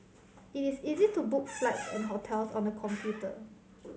it is easy to book flights and hotels on the computer